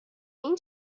این